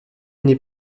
n’est